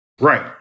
right